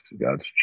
God's